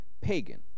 pagan